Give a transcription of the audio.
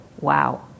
wow